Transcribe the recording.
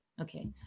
Okay